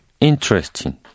interesting